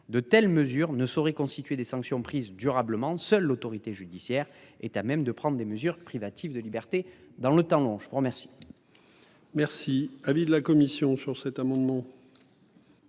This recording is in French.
de telles mesures ne saurait constituer des sanctions prises durablement seule l'autorité judiciaire est à même de prendre des mesures privatives de liberté dans le temps, je vous remercie.